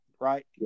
Right